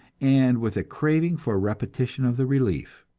and with a craving for a repetition of the relief.